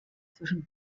zwischen